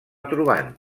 trobant